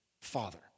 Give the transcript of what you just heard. Father